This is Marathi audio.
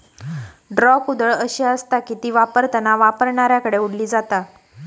ड्रॉ कुदळ अशी आसता की ती वापरताना वापरणाऱ्याकडे ओढली जाता